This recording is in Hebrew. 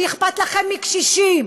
שאכפת לכם מקשישים,